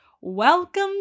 welcome